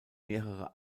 mehrere